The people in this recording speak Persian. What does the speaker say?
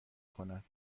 کند